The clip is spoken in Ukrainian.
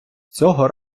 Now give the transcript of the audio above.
цього